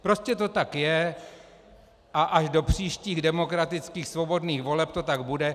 Prostě to tak je a až do příštích demokratických svobodných voleb to tak bude.